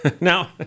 Now